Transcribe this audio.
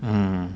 mm